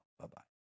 Bye-bye